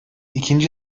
ikinci